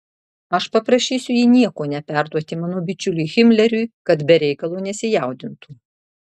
aš paprašysiu jį nieko neperduoti mano bičiuliui himleriui kad be reikalo nesijaudintų